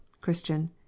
Christian